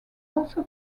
also